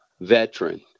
veteran